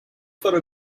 for